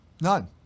none